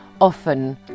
often